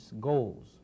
goals